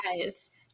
guys